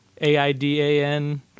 A-I-D-A-N